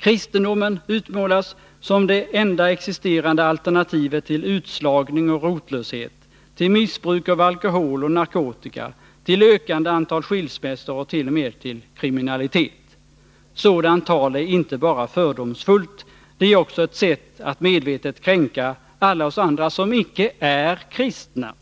Kristendomen utmålas som det enda existerande alternativet till utslagning och rotlöshet, till missbruk av alkohol och narkotika, till ökande antal skilsmässor och t.o.m. till kriminalitet. Sådant tal är inte bara fördomsfullt. Det är också ett sätt att medvetet kränka alla oss andra, som icke är kristna.